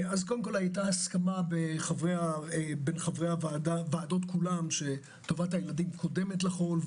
היתה הסכמה בין חברי הוועדות שטובת הילדים קודמת לכול,